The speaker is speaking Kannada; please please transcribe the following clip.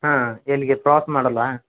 ಹಾಂ ಎಲ್ಲಿಗೆ ಪ್ರಾಸ್ ಮಾಡಲ್ಲ